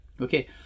Okay